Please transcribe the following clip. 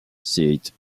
sit